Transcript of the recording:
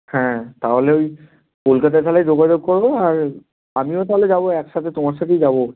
হ্যাঁ তাহলে ঐ কলকাতায় তাহলে যোগাযোগ করবো আর আমিও তাহলে যাব একসাথে তোমার সাথেই যাব